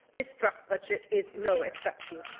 this draft budget is no exception.